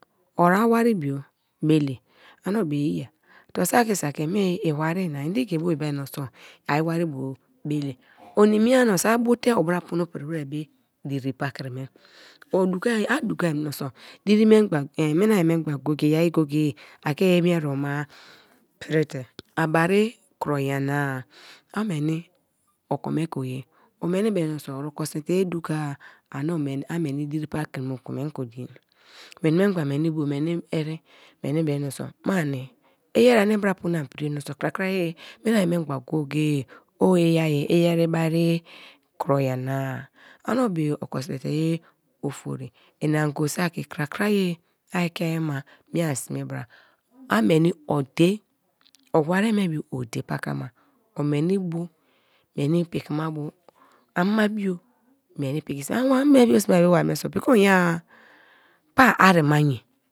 Ori a wari bio bele ani o be ye eeya tor saki saki me iwari na ende ke bo iba menso ai iwaribo bele? O nimi ya menso a bote o bara pono pri wara be diri pakri me o duka a duka menso diri mengba mini ai mengba i ai go- go ye aki mie erebo ba prite a bari kuro nyana-a a meni, a meni diri pakri me ke bo meni ke odie weni mengba weni bo weni bo weni ere weni beeso maani i ere ani bara pono an pri ye menso krakraye mini ai mengba go-go ye o iyai iyeri i bwa kro nyana-a ani o be ye oko sme te ye ofori i an go saki krakraye ai ekei ma miean sme bra, a meni ode o wari me bio octe pakama, o meni pikisi ama bio me bo sme wari me so piki onye-a pa ari ma nye.